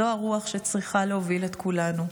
זו הרוח שצריכה להוביל את כולנו.